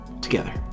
together